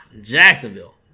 Jacksonville